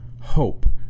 hope